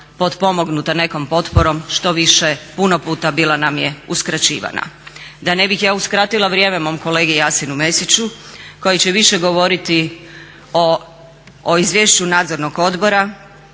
potpomognuta nekom potporom štoviše puno puta bila nam je uskraćivana. Da ne bih ja uskratila vrijeme mom kolegi Jasenu Mesiću koji će više govoriti o Izvješću nadzornog odbora